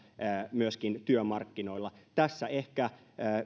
myöskin työmarkkinoilla tässä ehkä